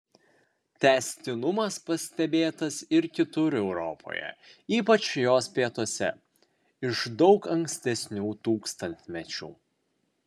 tęstinumas pastebėtas ir kitur europoje ypač jos pietuose iš daug ankstesnių tūkstantmečių